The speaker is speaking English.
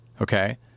okay